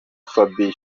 fabien